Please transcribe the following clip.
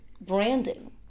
branding